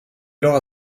alors